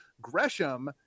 Gresham